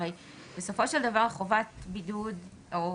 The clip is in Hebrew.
הרי בסופו של דבר חובת בידוד או